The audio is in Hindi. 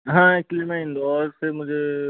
हाँ एक्चुली मैं इंदौर से मुझे